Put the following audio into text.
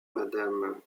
madame